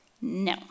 No